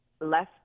less